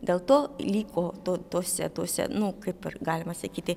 dėl to lyg ko to tuose tuose nu kaip ir galima sakyti